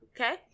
Okay